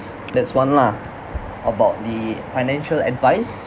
that's one lah about the financial advice